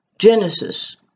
Genesis